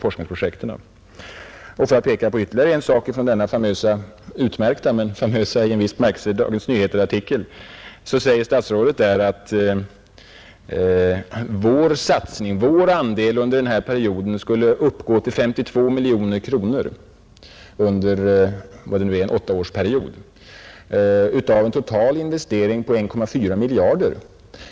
För att peka på ytterligare en sak i denna utmärkta men i viss bemärkelse famösa artikel i Dagens Nyheter vill jag nämna att statsrådet där sade att vår andel under en 8-årsperiod skulle uppgå till 52 miljoner kronor av en total investering på 1,4 miljarder.